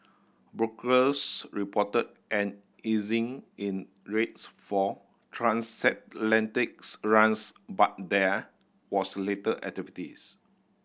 brokers reported an easing in rates for transatlantic runs but there was little activities